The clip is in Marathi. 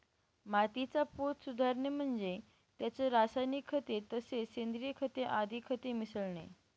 मातीचा पोत सुधारणे म्हणजे त्यात रासायनिक खते तसेच सेंद्रिय खते आदी खते मिसळणे